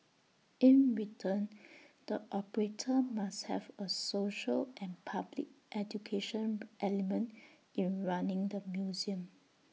in return the operator must have A social and public education element in running the museum